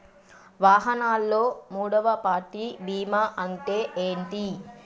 వాహనాల్లో మూడవ పార్టీ బీమా అంటే ఏంటి?